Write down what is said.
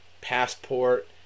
passport